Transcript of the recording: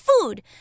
food